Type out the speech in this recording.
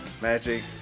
Magic